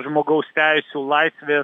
žmogaus teisių laisvės